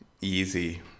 Easy